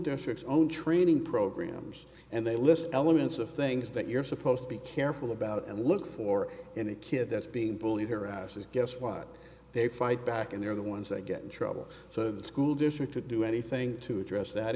districts own training programs and they list elements of things that you're supposed to be careful about and look for in a kid that's being bullied harasses guess what they fight back and they're the ones that get in trouble so the school district to do anything to address that